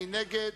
מי נגד?